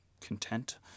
content